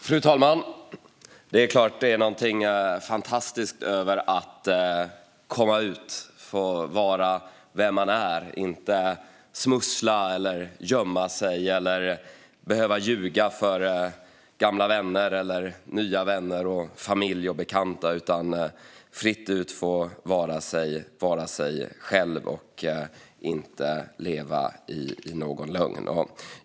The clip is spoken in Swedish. Fru talman! Det är klart att det är något fantastiskt med att komma ut och få vara den man är, att inte behöva smussla, gömma sig eller ljuga för gamla och nya vänner, familj och bekanta utan fritt och fullt ut få vara sig själv och inte leva i en lögn.